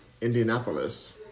Indianapolis